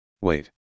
wait